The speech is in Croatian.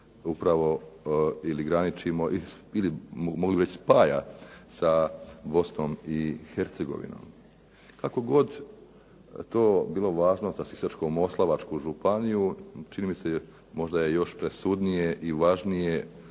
upravo ili graničimo ili mogu reći spaja sa Bosnom i Hercegovinom. Kako god to bilo važno za Sisačko-moslavačku županiju možda je još presudnije i važnije